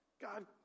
God